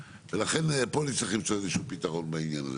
ולכן, פה נצטרך למצוא איזשהו פתרון בעניין הזה.